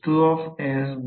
तर म्हणूनच 2 L C